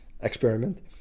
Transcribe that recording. experiment